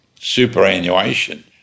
superannuation